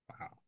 Wow